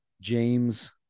James